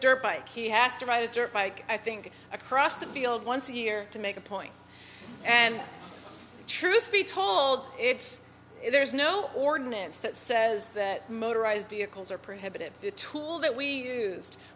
his bike he has to ride a dirt bike i think across the field once a year to make a point and truth be told it's there's no ordinance that says that motorized vehicles are prohibitive to tool that we use